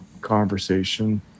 conversation